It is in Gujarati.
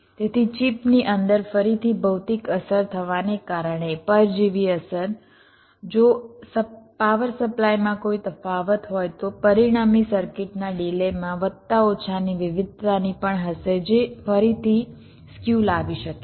તેથી ચિપની અંદર ફરીથી ભૌતિક અસર થવાને કારણે પરજીવી અસર જો પાવર સપ્લાયમાં કોઈ તફાવત હોય તો પરિણામી સર્કિટના ડિલેમાં વત્તા ઓછાની વિવિધતાની પણ હશે જે ફરીથી સ્ક્યુ લાવી શકે છે